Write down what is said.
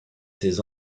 ses